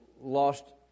lost